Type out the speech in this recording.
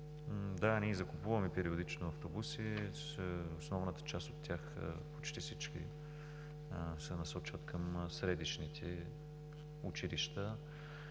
да, ние закупуваме периодично автобуси. Основната част от тях, почти всички, се насочват към средищните училища,